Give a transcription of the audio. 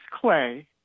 clay